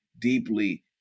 deeply